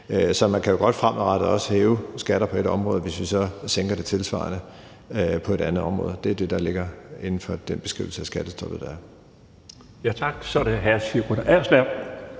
Så man kan jo godt fremadrettet også hæve skatter på et område, hvis vi så sænker dem tilsvarende på et andet område. Det er det, der ligger i den beskrivelse af skattestoppet, der er. Kl. 12:47 Den fg. formand